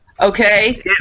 Okay